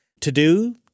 To-do